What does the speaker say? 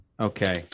Okay